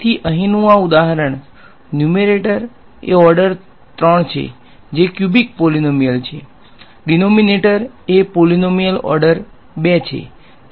તેથી અહીંનું આ ઉદાહરણ ન્યુમેરેટર એ ઓર્ડર 3 જે ક્યુબિક પોલીનોમીયલ છે ડીનોમીનેટર એ પોલીનોમીયલ ઓર્ડર 2 છે